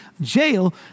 jail